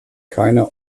keine